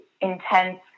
intense